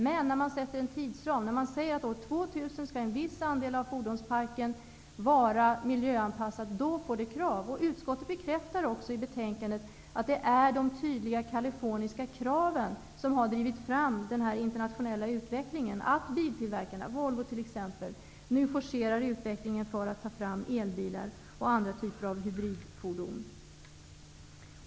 Men om man sätter en tidsram och säger att år 2000 skall en viss andel av fordonsparken vara miljöanpassad blir det resultat. Utskottet bekräftar också i betänkandet att det är de tydliga Californiska kraven som har drivit fram den internationella utvecklingen. Biltillverkarna, t.ex. Volvo, forcerar nu utvecklingen för att ta fram elbilar och andra typer av hybridfordon.